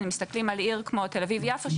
מסתכלים על עיר כמו תל אביב יפו,